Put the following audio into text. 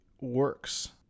works